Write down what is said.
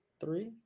three